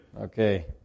Okay